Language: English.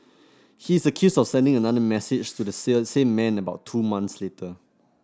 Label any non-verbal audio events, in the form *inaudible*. he is accused of sending another message to the *unintelligible* same man about two months later